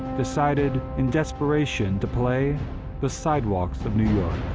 decided in desperation to play the sidewalks of new york,